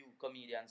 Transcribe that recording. comedians